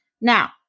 Now